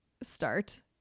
start